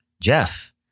Jeff